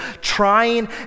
trying